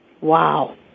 Wow